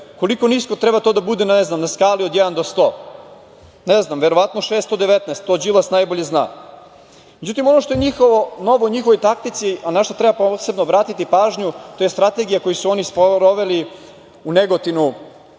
Koliko nisko treba to da bude, ne znam, na skali od jedan do sto? Ne znam, verovatno 619. To Đilas najbolje zna.Međutim, ono što je novo u njihovoj taktici, a na šta treba posebno obratiti pažnju to je strategija koju su oni sproveli u Negotinu